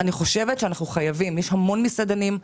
יש המון מסעדנים,